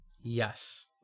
Yes